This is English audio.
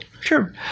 Sure